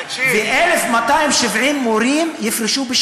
עזוב אותך,